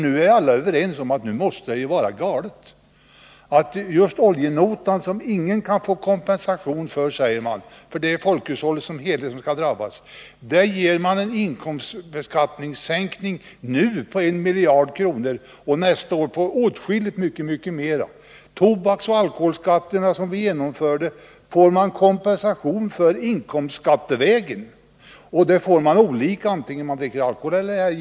Nu är alla överens om att det måste vara galet att just på grund av oljenotan — som ingen kan få kompensation för, säger man, för det är folkhushållet som helhet som skall drabbas — ge en inkomstskattesänkning på en miljard kronor och nästa år på åtskilligt mycket mera. Höjningen av tobaksoch alkoholskatterna, som vi genomförde, får man kompensation för inkomstskattevägen. Och man får givetvis olika kompensation, vare sig man dricker alkohol eller ej.